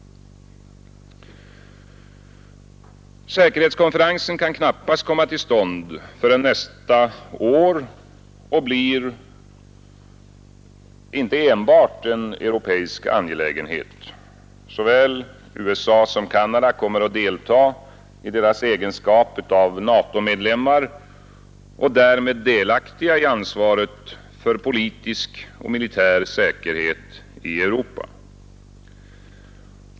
Säkerhetskonferensen kan knappast komma till stånd förrän nästa år och blir inte enbart en europeisk angelägenhet. Såväl USA som Canada kommer att delta i egenskap av Natomedlemmar och därmed delaktiga i ansvaret för politisk och militär säkerhet i Europa.